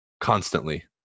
constantly